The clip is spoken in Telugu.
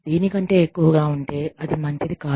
దీని కంటే ఎక్కువగా ఉంటే అది మంచిది కాదు